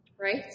right